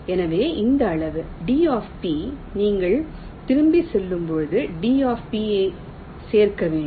எனவே இந்த அளவு d நீங்கள் திரும்பிச் செல்லும்போது d ஐச் சேர்க்க வேண்டும்